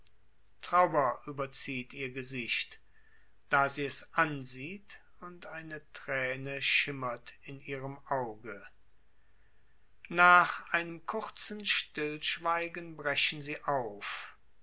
trauer überzieht ihr gesicht da sie es ansieht und eine träne schimmert in ihrem auge nach einem kurzen stillschweigen brechen sie auf